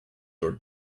your